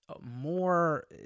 more